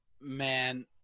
Man